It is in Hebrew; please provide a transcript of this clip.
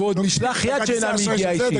ועוד משלח יד שאינו מיגיעה אישית.